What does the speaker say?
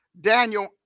Daniel